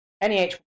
NEH